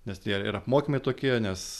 nes tie ir apmokymai tokie nes